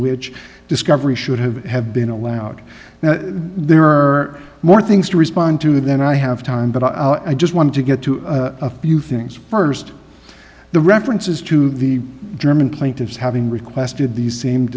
which discovery should have have been allowed now there are more things to respond to than i have time but i just wanted to get to a few things st the references to the german plaintiffs having requested these s